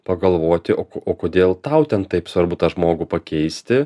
pagalvoti o ko o kodėl tau ten taip svarbu tą žmogų pakeisti